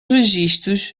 registros